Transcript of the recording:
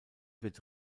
wird